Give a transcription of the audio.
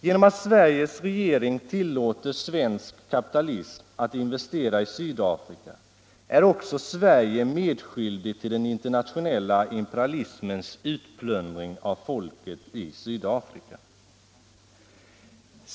Genom att Sveriges regering tillåter svensk kapitalism att investera i Sydafrika är också Sverige medskyldigt till den internationella imperialismens utplundring av folket i Sydafrika.